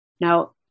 Now